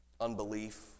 unbelief